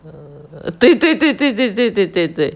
err 对对对对对对对对对